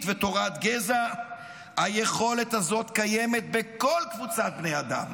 ותורת גזע היכולת הזאת קיימת בכל קבוצת בני אדם.